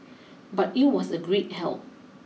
but it was a great help